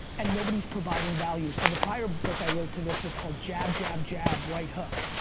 and nobody's providing values. so the prior book i wrote to this was called, jab, jab, jab, right hook.